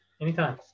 Anytime